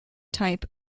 type